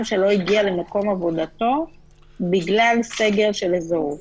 שלא הגיע למקום עבודתו בגלל סגר של אזור,